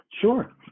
sure